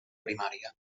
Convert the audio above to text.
primària